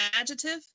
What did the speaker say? adjective